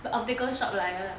the optical shop 来的